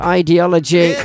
ideology